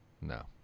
No